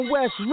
West